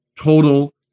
total